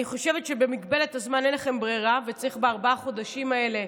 אני חושבת שבמגבלת הזמן אין לכם ברירה וצריך בארבעת החודשים האלה,